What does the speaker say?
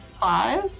Five